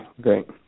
Great